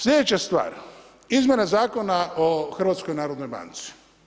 Sljedeća stvar izmjena Zakona o Hrvatskoj narodnoj banci.